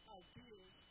ideas